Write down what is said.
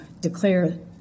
declare